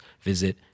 visit